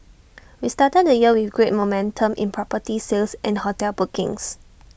we started the year with great momentum in property sales and hotel bookings